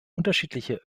unterschiedliche